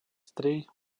tri